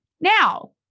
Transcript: Now